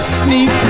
sneak